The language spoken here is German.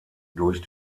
durch